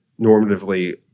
normatively